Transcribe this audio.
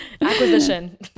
acquisition